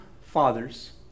fathers